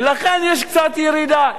ולכן יש קצת ירידה,